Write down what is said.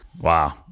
Wow